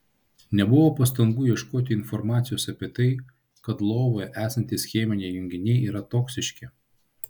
nebuvo pastangų ieškoti informacijos apie tai kad lovoje esantys cheminiai junginiai yra toksiški